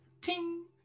ting